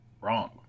wrong